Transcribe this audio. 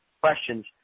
questions